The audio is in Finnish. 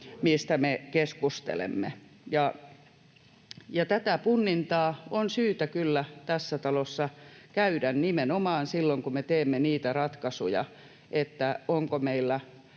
mistä me keskustelemme. Ja tätä punnintaa on syytä kyllä tässä talossa käydä nimenomaan silloin, kun me teemme ratkaisuja siitä, onko meillä